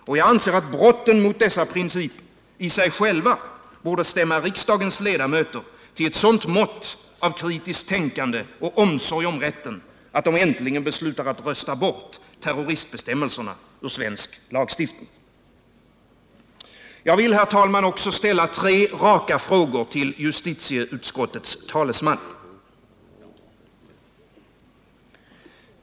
Och jag anser att brotten mot dessa principer i sig själva borde stämma riksdagens ledamöter till ett sådant mått av kritiskt tänkande och omsorg om rätten att de äntligen beslutar att rösta bort terroristbestämmelserna ur svensk lagstiftning. Jag vill, herr talman, också ställa tre raka frågor till justitieutskottets talesman.